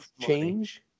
change